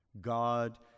God